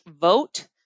vote